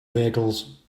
vehicles